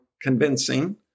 convincing